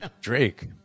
Drake